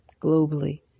Globally